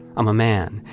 i'm a man.